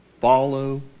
follow